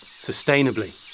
sustainably